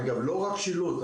אגב, לא רק שילוט .